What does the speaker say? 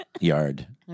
yard